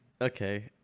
Okay